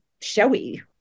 showy